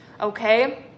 okay